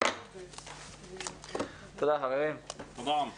הישיבה ננעלה